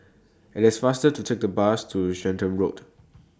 IT IS faster to Take The Bus to Stratton Road